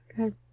okay